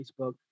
facebook